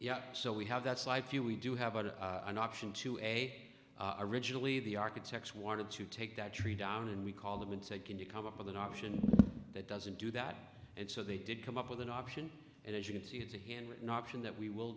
yeah so we have that side few we do have but an option to a originally the architects wanted to take that tree down and we called them and said can you come up with an option that doesn't do that and so they did come up with an option and as you can see it's a hand with an option that we will